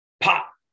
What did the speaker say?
pop